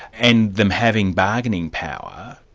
and them having bargaining power.